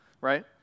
right